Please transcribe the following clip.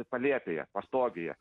palėpėje pastogėje